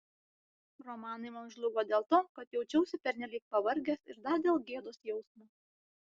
romanai man žlugo dėl to kad jaučiausi pernelyg pavargęs ir dar dėl gėdos jausmo